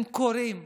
הם קורים.